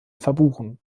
verbuchen